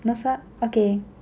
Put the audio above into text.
no sub okay